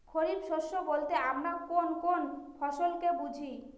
খরিফ শস্য বলতে আমরা কোন কোন ফসল কে বুঝি?